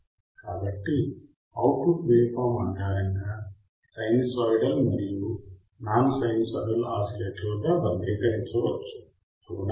కాబట్టి output waveform ఆధారంగా sinusoidal మరియు నాన్ సైన్యుసాయిడల్ ఆసిలేటర్లగా వర్గీకరించవచ్చు అవునా